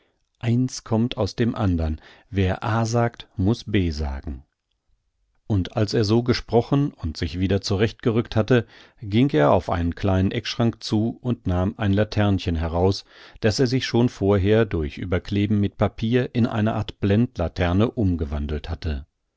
eins kommt aus dem andern wer a sagt muß b sagen und als er so gesprochen und sich wieder zurecht gerückt hatte ging er auf einen kleinen eckschrank zu und nahm ein laternchen heraus das er sich schon vorher durch überkleben mit papier in eine art blendlaterne umgewandelt hatte